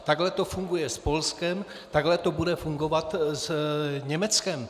Takhle to funguje s Polskem, takhle to bude fungovat s Německem.